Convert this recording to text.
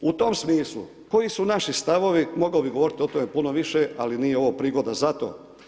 U tom smislu, koji su naši stavovi, mogao bi govoriti o tome puno više, ali nije ovo prigoda za to.